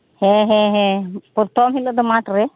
ᱦᱮᱸ ᱦᱮᱸ ᱦᱮᱸ ᱯᱚᱨᱛᱷᱚᱢ ᱦᱤᱞᱳᱜ ᱫᱚ ᱢᱟᱴᱷ ᱨᱮ